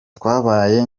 twabaye